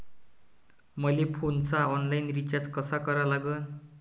मले फोनचा online recharge कसा करा लागन?